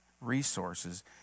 resources